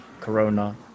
corona